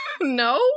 no